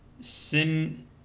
Sin